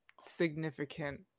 significant